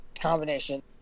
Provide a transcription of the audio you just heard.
combination